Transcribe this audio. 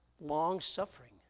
long-suffering